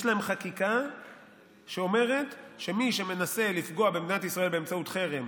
יש להן חקיקה שאומרת שמי שמנסה לפגוע במדינת ישראל באמצעות חרם